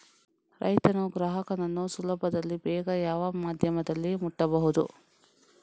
ರೈತನು ಗ್ರಾಹಕನನ್ನು ಸುಲಭದಲ್ಲಿ ಬೇಗ ಯಾವ ಮಾಧ್ಯಮದಲ್ಲಿ ಮುಟ್ಟಬಹುದು?